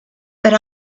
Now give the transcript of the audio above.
but